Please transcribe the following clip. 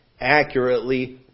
accurately